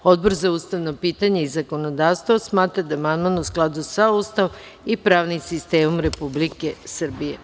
Odbor za ustavna pitanja i zakonodavstvo smatra da je amandman u skladu sa Ustavom i pravnim sistemom Republike Srbije.